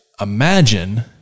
Imagine